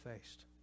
faced